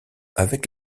avec